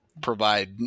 provide